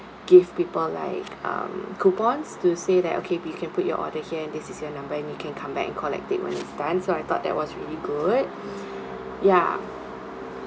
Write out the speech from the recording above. give people like um coupons to say that okay you can put your order here and this is your number and you can come back and collect it when it's done so I thought that was really good ya